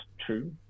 true